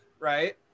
right